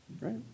right